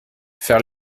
faire